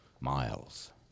miles